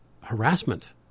harassment